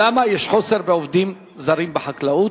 למה יש חוסר בעובדים זרים בחקלאות.